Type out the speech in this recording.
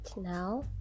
now